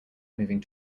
moving